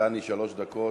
דני, שלוש דקות.